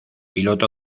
piloto